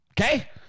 Okay